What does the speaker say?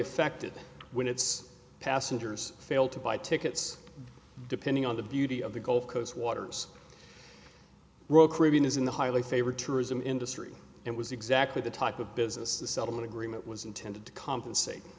affected when its passengers failed to buy tickets depending on the beauty of the gulf coast waters royal caribbean isn't the highly favored tourism industry it was exactly the type of business the settlement agreement was intended to compensate